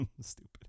Stupid